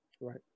right